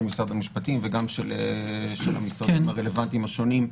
משרד המשפטים וגם של המשרדים הרלוונטיים השונים.